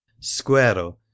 Squero